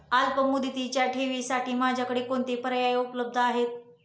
अल्पमुदतीच्या ठेवींसाठी माझ्याकडे कोणते पर्याय उपलब्ध आहेत?